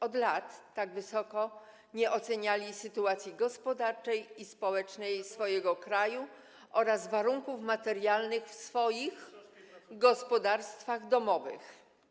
Od lat tak wysoko nie oceniali sytuacji gospodarczej i społecznej swojego kraju oraz warunków materialnych w swoich gospodarstwach domowych.